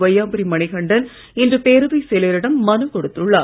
வையாபுரி மணிகண்டன் இன்று பேரவைச் செயலரிடம் மனு கொடுத்துள்ளார்